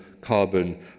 carbon